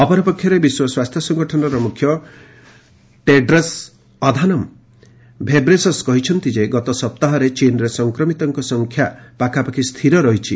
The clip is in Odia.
ଅପରପକ୍ଷରେ ବିଶ୍ୱ ସ୍ୱାସ୍ଥ୍ୟ ସଂଗଠନର ମୁଖ୍ୟ ଟେଡ୍ରସ୍ ଅଧାନମ ଭେବ୍ରେସସ୍ କହିଛନ୍ତି ଯେ ଗତ ସପ୍ତାହରେ ଚୀନରେ ସଂକ୍ରମିତଙ୍କ ସଂଖ୍ୟା ପାଖାପାଖି ସ୍ଥିର ରହିଛି